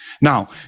Now